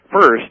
First